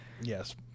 Yes